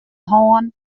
hân